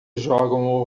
jogam